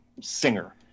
singer